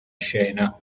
scena